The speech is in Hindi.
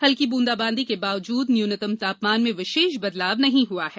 हल्की ब्रंदाबांदी के बावजूद न्यूनतम तापमान में विशेष बदलाव नहीं हुआ है